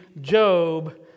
Job